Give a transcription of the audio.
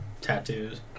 tattoos